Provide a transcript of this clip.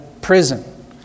prison